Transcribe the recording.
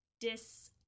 dis